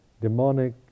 demonic